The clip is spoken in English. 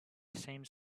same